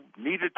needed